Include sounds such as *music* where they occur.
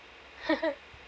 *laughs*